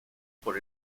por